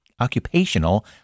occupational